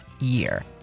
year